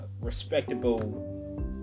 respectable